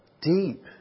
deep